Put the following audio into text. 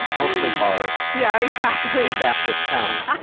mostly bars. yeah, exactly. and baptist towns.